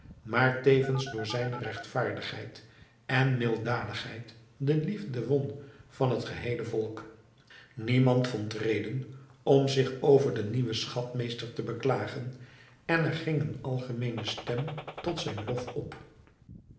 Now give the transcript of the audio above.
maar tevens door zijne regtvaardigheid en milddadigheid de liefde won van het geheele volk niemand vond reden om zich over den nieuwen schatmeester te beklagen en er ging eene algemene stem tot zijn lof op